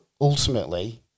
ultimately